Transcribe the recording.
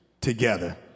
together